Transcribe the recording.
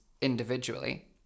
individually